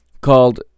called